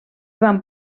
van